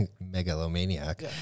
megalomaniac